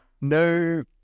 no